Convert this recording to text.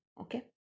okay